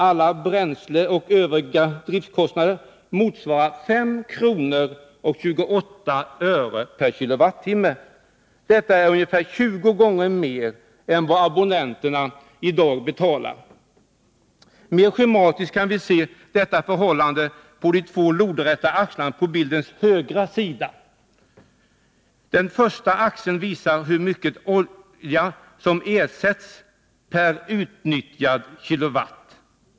alla bränsleoch övriga driftkostnader, motsvarar 5:28 kr. per kWh. Det är ungefär 20 gånger mer än vad abonnenterna i dag betalar. Mer schematiskt kan vi se detta förhållande på de två lodräta axlarna på bildens högra sida. Den första axeln visar hur mycket olja som ersätts per utnyttjad kilowatt.